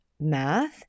math